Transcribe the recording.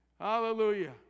Hallelujah